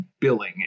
Billing